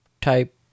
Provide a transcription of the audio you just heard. type